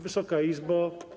Wysoka Izbo!